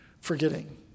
forgetting